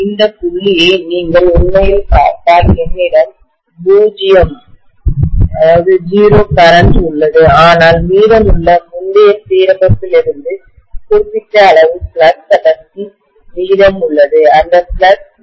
இந்த புள்ளியை நீங்கள் உண்மையில் பார்த்தால் என்னிடம் பூஜ்ஜிய மின்னோட்டம் கரண்ட் உள்ளது ஆனால் மீதமுள்ள முந்தைய சீரமைப்பிலிருந்து குறிப்பிட்ட அளவு ஃப்ளக்ஸ் அடர்த்தி மீதம் உள்ளது அந்த ஃப்ளக்ஸ் மீதமுள்ளது